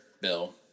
Bill